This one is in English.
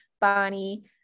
Bonnie